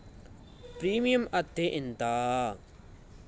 Premium అత్తే ఎంత?